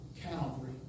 Calvary